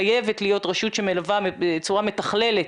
חייבת להיות רשות שמלווה בצורה מתכללת